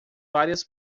várias